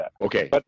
Okay